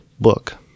book